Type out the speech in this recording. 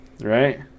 right